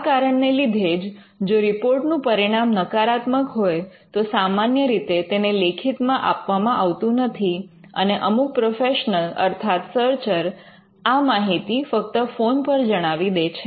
આ કારણને લીધે જ જો રિપોર્ટ નું પરિણામ નકારાત્મક હોય તો સામાન્ય રીતે તેને લેખિતમાં આપવામાં આવતું નથી અને અમુક પ્રોફેશનલ અર્થાત સર્ચર આ માહિતી ફક્ત ફોન પર જણાવી દે છે